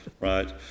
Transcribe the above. Right